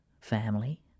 family